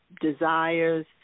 desires